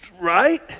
right